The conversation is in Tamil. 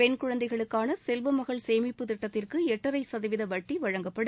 பெண் குழந்தைகளுக்கான செல்வமகள் சேமிப்பு திட்டத்திற்கு எட்டரை சதவீத வட்டி வழங்கப்படும்